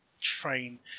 train